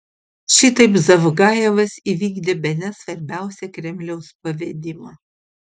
šitaip zavgajevas įvykdė bene svarbiausią kremliaus pavedimą